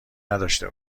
نداشته